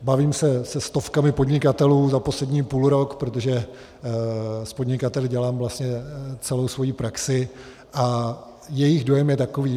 Bavím se se stovkami podnikatelů za poslední půlrok, protože s podnikateli dělám vlastně celou svoji praxi, a jejich dojem je takový.